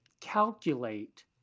calculate